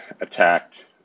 attacked